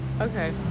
Okay